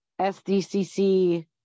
SDCC